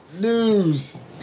News